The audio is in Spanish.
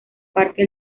parque